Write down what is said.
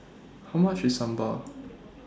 How much IS Sambal